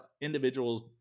individuals